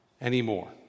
anymore